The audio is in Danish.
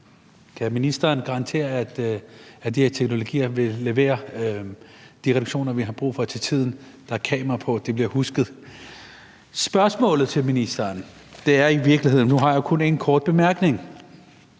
Kan ministeren garantere, at de her teknologier vil levere de reduktioner, vi har brug for, til tiden? Der er kamera på, og det bliver husket. Nu til spørgsmålet til ministeren, og jeg har jo kun én kort bemærkning.